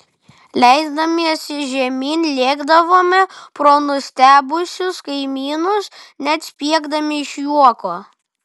leisdamiesi žemyn lėkdavome pro nustebusius kaimynus net spiegdami iš juoko